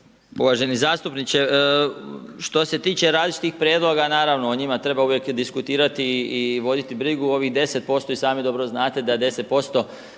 uvaženi zastupniče. Što se tiče različitih prijedloga, naravno, o njima treba uvijek diskutirati i voditi brigu, ovih 10% i sami dobro znate da 10%